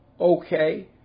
okay